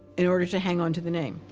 in order to hang onto the name.